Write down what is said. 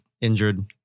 injured